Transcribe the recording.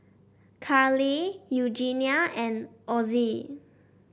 Karley Eugenia and Ozzie